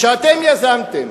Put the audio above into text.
שאתם יזמתם,